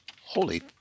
Holy